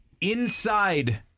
inside